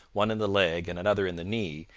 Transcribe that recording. one in the leg and another in the knee,